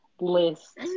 list